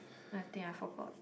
I think I forgot